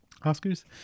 Oscars